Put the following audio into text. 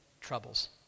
troubles